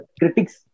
critics